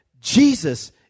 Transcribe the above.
Jesus